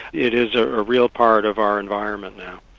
it is a ah real part of our environment now.